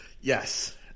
yes